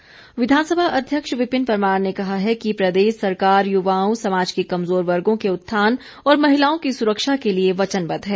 पुरमार विधानसभा अध्यक्ष विपिन परमार ने कहा है कि प्रदेश सरकार युवाओं समाज के कमजोर वर्गों के उत्थान और महिलाओं की सुरक्षा के लिए वचनवद्व है